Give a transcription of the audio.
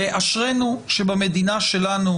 ואשרינו שבמדינה שלנו,